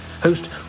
host